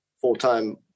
full-time